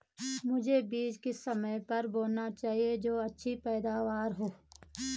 मुझे बीज किस समय पर बोना चाहिए जो अच्छी पैदावार हो?